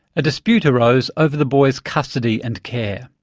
a dispute arose over the boy's custody and care.